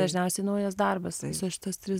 dažniausiai naujas darbas visas šitas tris